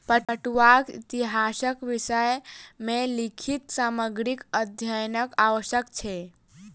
पटुआक इतिहासक विषय मे लिखित सामग्रीक अध्ययनक आवश्यक छै